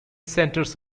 centres